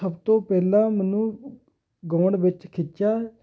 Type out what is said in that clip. ਸਭ ਤੋਂ ਪਹਿਲਾਂ ਮੈਨੂੰ ਗਾਉਣ ਵਿੱਚ ਖਿੱਚਿਆ